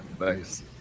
Nice